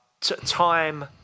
Time